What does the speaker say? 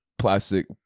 Plastic